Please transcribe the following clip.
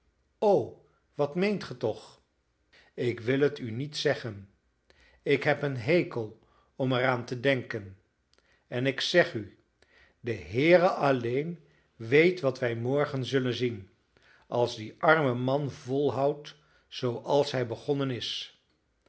o wat meent ge toch ik wil het u niet zeggen ik heb een hekel om er aan te denken en ik zeg u de heere alleen weet wat wij morgen zullen zien als die arme man volhoudt zooals hij begonnen is